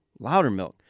Loudermilk